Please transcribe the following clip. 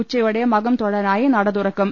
ഉച്ചയോടെ മകം തൊഴാ നായി നട തുറക്കും